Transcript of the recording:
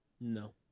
No